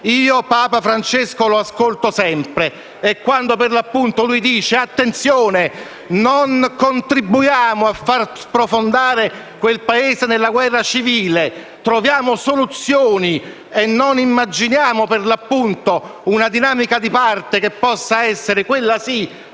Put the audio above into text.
Io Papa Francesco lo ascolto sempre e quando lui ci invita a fare attenzione, a non contribuire a far sprofondare quel Paese nella guerra civile, a trovare soluzioni e a non immaginare una dinamica di parte che possa essere, quella sì,